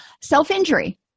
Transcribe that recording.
Self-injury